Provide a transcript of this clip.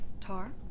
Tar